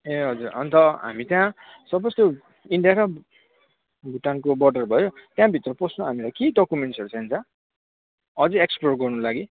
ए हजुर अन्त हामी त्यहाँ सपोज त्यो इन्डिया र भुटानको बोर्डर भयो त्यहाँभित्र पस्नु हामीलाई के डकुमेन्ट्सहरू चाहिन्छ अझै एक्सप्लोर गर्नुको लागि